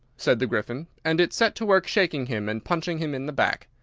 said the gryphon and it set to work shaking him and punching him in the back.